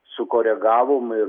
sukoregavom ir